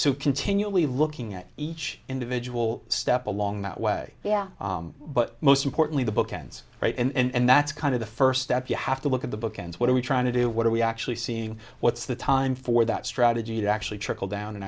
so continually looking at each individual step along that way yeah but most importantly the book ends right and that's kind of the first step you have to look at the book and what are we trying to do what are we actually seeing what's the time for that strategy to actually trickle down and